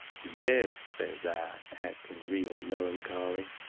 yes, says i, acting real melancholy,